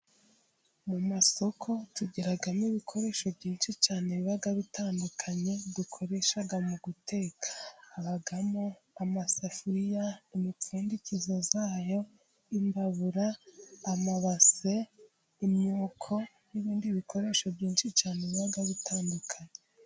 Mu masoko tugiramo ibikoresho byinshi cyane biba bitandukanye dukoresha mu guteka: Habamo amasafuriya, imipfundikizo yayo, imbabura, amabase, imyuko n'ibindi bikoresho byinshi cyane biba bitandukanye.